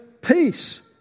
peace